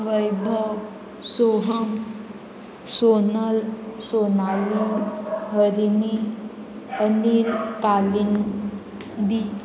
वैभव सोहम सोनल सोनाली हरिनी अनिल तालिं दी